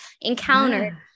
encounter